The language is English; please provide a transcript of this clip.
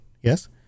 Yes